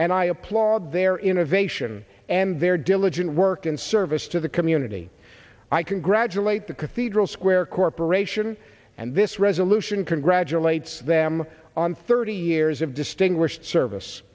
and i applaud their innovation and their diligent work and service to the community i congratulate the cathedral square corporation and this resolution congratulates them on thirty years of distinguished service